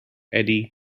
eddie